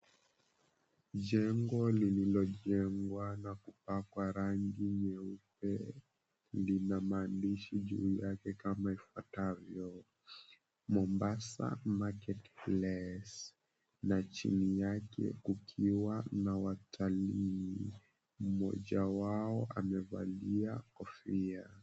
Jengo lililojengwa na kupakwa rangi nyeupe lina maandishi juu yake kama yafwatavyo, "Mombasa Market Place," na chini yake kukiwa na watalii mmoja wao amevalia kofia .